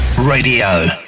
Radio